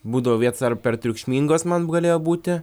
būdavo vietos ar per triukšmingos man galėjo būti